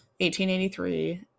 1883